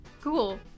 cool